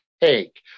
take